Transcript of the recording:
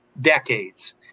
decades